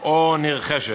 או נרכשת.